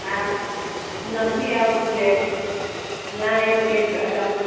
હા નથી આવતું લેફ્ટ ના એ જ એ જ